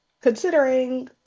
considering